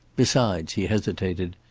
besides he hesitated.